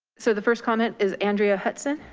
so the first comment is andrea hutson,